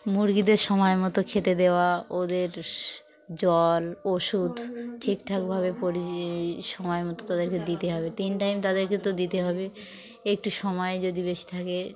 মুরগিদের সময় মতো খেতে দেওয়া ওদের জল ওষুধ ঠিকঠাকভাবে পরি সময় মতো তাদেরকে দিতে হবে তিন টাইম তাদেরকে তো দিতে হবে একটু সময় যদি বেশি থাকে